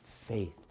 faith